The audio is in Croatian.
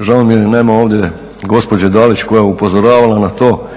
žao mi je jer nema ovdje gospođe Dalić koja je upozoravala na to,